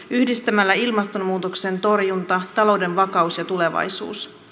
yhdistämällä ilmastonmuutoksen torjunta talouden vakaus ja tulevaisuus